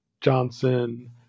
Johnson